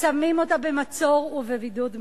שמים אותה במצור ובבידוד מדיני.